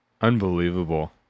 Unbelievable